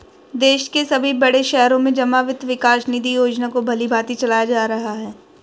देश के सभी बड़े शहरों में जमा वित्त विकास निधि योजना को भलीभांति चलाया जा रहा है